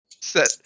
set